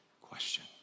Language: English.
question